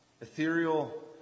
Ethereal